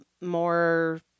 more